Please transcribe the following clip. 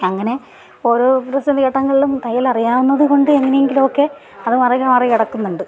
അങ്ങനെ ഓരോ പ്രതിസന്ധിഘട്ടങ്ങളിലും തയ്യലറിയാവുന്നതുകൊണ്ട് എങ്ങനെയെങ്കിലുമൊക്കെ അത് മറിഞ്ഞ് മാറി കിടക്കുന്നുണ്ട്